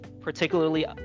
particularly